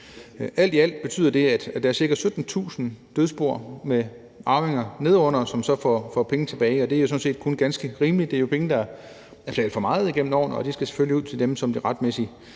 Alt i alt betyder det, at der er ca. 17.000 dødsboer med tilknyttede arvinger, som så får penge tilbage, og det er sådan set kun ganske rimeligt, for det er penge, der er betalt for meget igennem årene, og de skal selvfølgelig ud til dem, som de retmæssigt